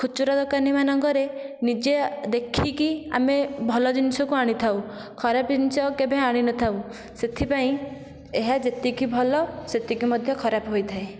ଖୁଚୁରା ଦୋକାନୀମାନଙ୍କରେ ନିଜେ ଦେଖିକି ଆମେ ଭଲ ଜିନିଷକୁ ଆଣିଥାଉ ଖରାପ୍ ଜିନିଷ କେବେ ଆଣି ନଥାଉ ସେଥିପାଇଁ ଏହା ଯେତିକି ଭଲ ସେତିକି ମଧ୍ୟ ଖରାପ୍ ହୋଇଥାଏ